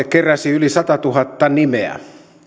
keräsi yli satatuhatta nimeä